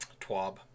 Twab